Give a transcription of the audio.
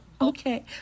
okay